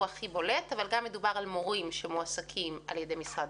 הוא הכי בולט אבל מדובר גם על מורים שמועסקים על ידי משרד